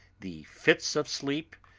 the fits of sleep,